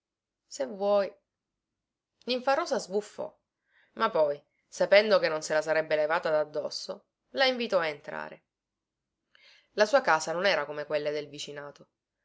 se vuoi ninfarosa sbuffò ma poi sapendo che non se la sarebbe levata daddosso la invitò a entrare la sua casa non era come quelle del vicinato